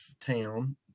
town